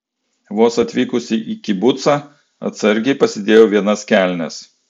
vos atvykusi į kibucą atsargai pasidėjau vienas kelnes